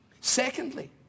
Secondly